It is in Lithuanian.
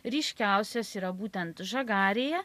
ryškiausios yra būtent žagarėje